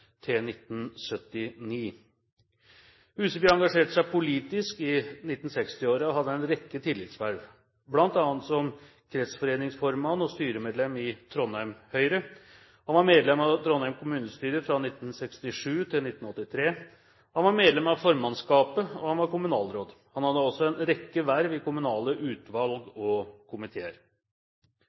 til 1979. Huseby engasjerte seg politisk i 1960-årene og hadde en rekke tillitsverv, bl.a. som kretsforeningsformann og styremedlem i Trondheim Høyre. Han var medlem av Trondheim kommunestyre fra 1967 til 1983. Han var medlem av formannskapet, og han var kommunalråd. Han hadde også en rekke verv i kommunale utvalg og komiteer.